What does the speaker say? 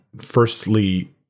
firstly